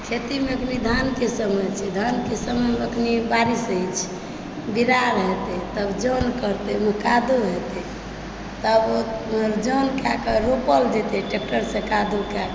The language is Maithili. खेतीमे एखन धानके समय छै धानके समयमे अखन बारिश होइ छै बिरार हेतै तब जल पड़तै तब कादो हेतै तब ओकर जन कए कऽ रोपल जेतै ट्रेक्टर सँ कादो कए कऽ